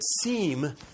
seem